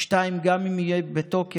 2. גם אם זה יהיה בתוקף,